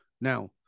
Now